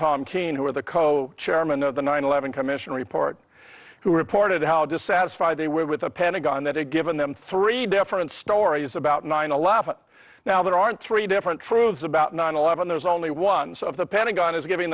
tom kean who are the cochairman of the nine eleven commission report who reported how dissatisfied they were with the pentagon that had given them three different stories about nine eleven now there aren't three different truths about nine eleven there's only ones of the pentagon is giving